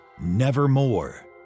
nevermore